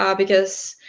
um because,